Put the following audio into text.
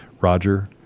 roger